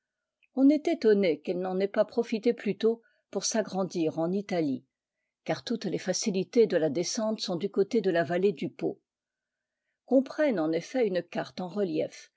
on est étonné qu'elle n'en ait pas profité plus tôt pour s'agrandir en italie car toutes les facilités de la descente sont du côté de la vallée du pô qu'on prenne en effet une carte eu relief